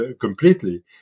completely